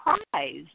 surprised